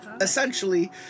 essentially